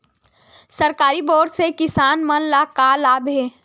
सरकारी बोर से किसान मन ला का लाभ हे?